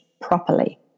properly